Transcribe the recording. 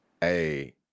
Hey